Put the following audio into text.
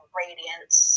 radiance